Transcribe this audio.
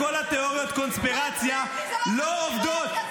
כל תיאוריות הקונספירציה לא עובדות.